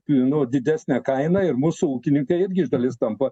nu didesnę kainą ir mūsų ūkininkai irgi iš dalies tampa